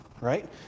right